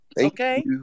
Okay